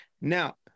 Now